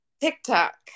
TikTok